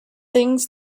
things